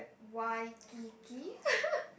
Waikiki